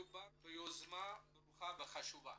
מדובר ביוזמה וחשובה.